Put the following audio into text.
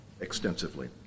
extensively